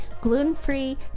gluten-free